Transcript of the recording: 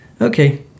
okay